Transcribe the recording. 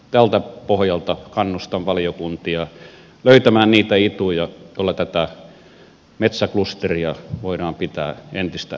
tältä pohjalta kannustan valiokuntia löytämään niitä ituja joilla tätä metsäklusteria voidaan pitää entistä elävämpänä